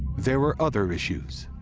there were other issues.